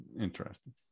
Interesting